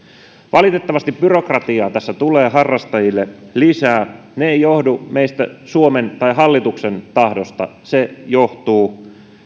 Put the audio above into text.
valitettavasti byrokratiaa tässä tulee harrastajille lisää se ei johdu suomen tai hallituksen tahdosta se johtuu